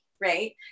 right